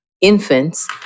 infants